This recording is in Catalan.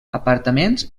apartaments